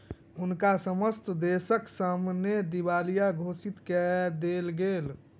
हुनका समस्त देसक सामने दिवालिया घोषित कय देल गेल